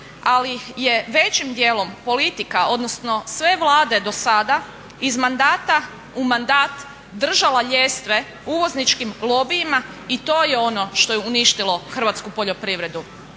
ali je većim dijelom politika, odnosno sve vlade do sada iz mandata u mandat držala ljestve uvozničkim lobijima i to je ono što je uništilo hrvatsku poljoprivredu.